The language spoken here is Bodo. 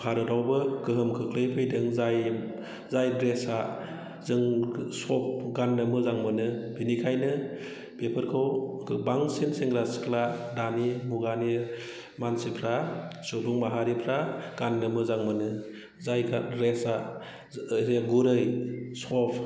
भरतावबो गोहोम खोख्लैफैदों जाय जाय ड्रेसा जों सफ्ट गाननो मोजां मोनो बेनिखायनो बेफोरखौ बांसिन सेंग्रा सिख्ला दानि मुगानि मानसिफ्रा सुबुं माहारिफ्रा गाननो मोजां मोनो जाय ड्रेसा गुरै सफ्ट